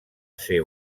ser